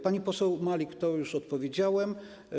Pani poseł Malik już odpowiedziałem.